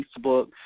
Facebook